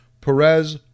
Perez